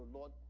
Lord